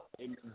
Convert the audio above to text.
Amen